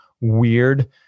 weird